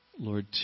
Lord